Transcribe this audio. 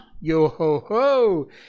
Yo-ho-ho